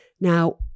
Now